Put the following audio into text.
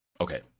Okay